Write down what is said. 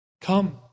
come